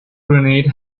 grenade